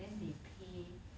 then they pay